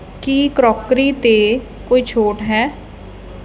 ਕੀ crockery 'ਤੇ ਕੋਈ ਛੋਟ ਹੈ